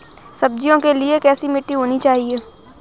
सब्जियों के लिए कैसी मिट्टी होनी चाहिए?